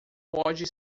pode